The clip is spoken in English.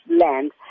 land